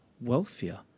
wealthier